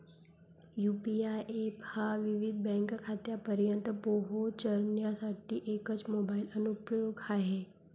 UPI app हा विविध bank खात्यांपर्यंत पोहोचण्यासाठी एकच मोबाइल अनुप्रयोग आहे